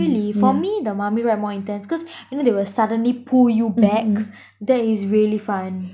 really for me the mummy ride more intense cause you know they will suddenly pull you back that is really fun